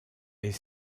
est